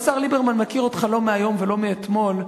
השר ליברמן מכיר אותך לא מהיום ולא מאתמול.